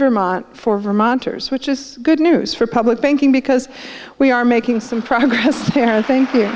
vermont for vermonters which is good news for public banking because we are making some progress there thank you